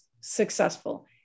successful